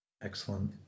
Excellent